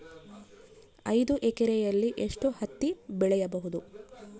ಐದು ಎಕರೆಯಲ್ಲಿ ಎಷ್ಟು ಹತ್ತಿ ಬೆಳೆಯಬಹುದು?